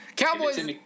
Cowboys